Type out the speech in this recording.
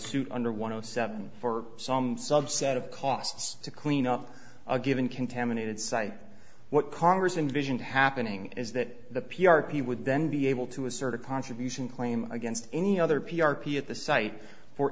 suit under one o seven for some subset of costs to clean up a given contaminated site what congressman vision happening is that the p r p would then be able to assert a contribution claim against any other p r p at the site for